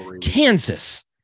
kansas